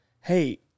Hey